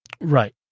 Right